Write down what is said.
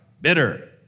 bitter